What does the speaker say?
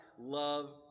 love